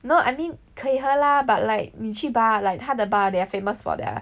no I mean 可以喝啦 but like 你去 bar like 他的 bar they are famous for their